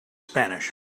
spanish